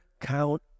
count